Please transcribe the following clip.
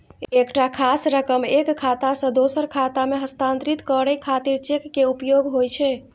एकटा खास रकम एक खाता सं दोसर खाता मे हस्तांतरित करै खातिर चेक के उपयोग होइ छै